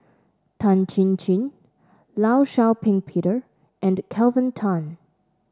Tan Chin Chin Law Shau Ping Peter and Kelvin Tan